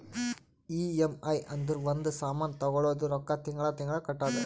EMI ಅಂದುರ್ ಒಂದ್ ಸಾಮಾನ್ ತಗೊಳದು ರೊಕ್ಕಾ ತಿಂಗಳಾ ತಿಂಗಳಾ ಕಟ್ಟದು